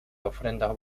ofrendas